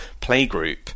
playgroup